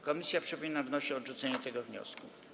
Komisja, przypominam, wnosi o odrzucenie tego wniosku.